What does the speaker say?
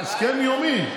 הסכם יומי.